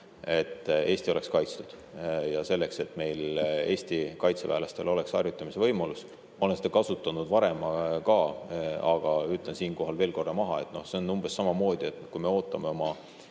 et Eesti oleks kaitstud ja selleks, et meie Eesti kaitseväelastel oleks harjutamisvõimalus. Ma olen seda [võrdlust] kasutanud varem ka, aga ütlen siinkohal veel korra maha: see on umbes samamoodi, kui me ootame oma